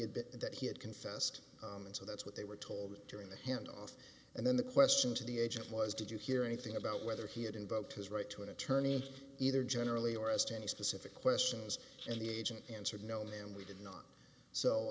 that that he had confessed and so that's what they were told during the handoff and then the question to the agent was did you hear anything about whether he had invoked his right to an attorney either generally or as to any specific questions and the agent answered no ma'am we did not so